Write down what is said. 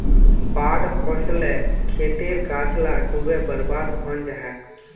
बाढ़ ओस्ले खेतेर गाछ ला डूबे बर्बाद हैनं जाहा